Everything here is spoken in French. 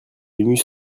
venus